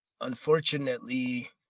unfortunately